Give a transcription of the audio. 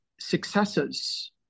successes